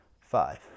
five